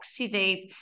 oxidate